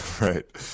Right